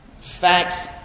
Facts